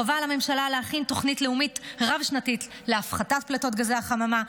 חובה על הממשלה להכין תוכנית לאומית רב-שנתית להפחתת פליטות גזי החממה,